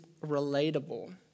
relatable